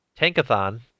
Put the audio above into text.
Tankathon